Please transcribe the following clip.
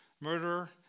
murderer